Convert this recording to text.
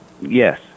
Yes